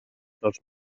dels